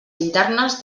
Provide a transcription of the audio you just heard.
internes